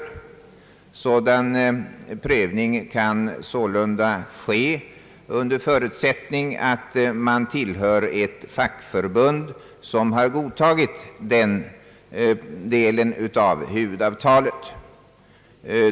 Sådan prövning kan sålunda ske under förutsättning att arbetstagaren tillhör ett fackförbund, som har godtagit denna del av huvudavtalet.